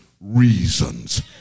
reasons